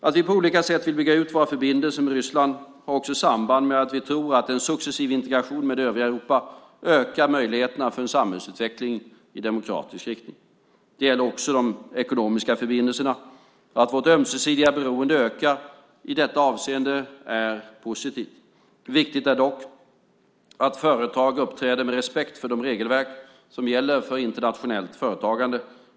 Att vi på olika sätt vill bygga ut våra förbindelser med Ryssland har också samband med att vi tror att en successiv integration med det övriga Europa ökar möjligheterna för en samhällsutveckling i demokratisk riktning. Det gäller också de ekonomiska förbindelserna. Att vårt ömsesidiga beroende ökar är i detta avseende positivt. Viktigt är dock att företag uppträder med respekt för de regelverk som gäller internationellt företagande.